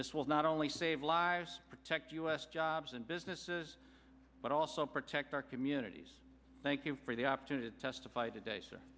this will not only save lives protect us jobs and businesses but also protect our communities thank you for the opportunity to testify today